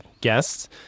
guests